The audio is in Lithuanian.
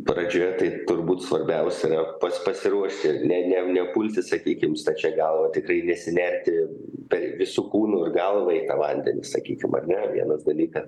pradžioje tai turbūt svarbiausia yra pats pasiruošti ne ne nepulti sakykim stačia galva tikrai nesinerti per visu kūnu ir galvą į tą vandenį sakykim ar ne vienas dalykas